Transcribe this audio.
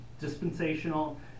dispensational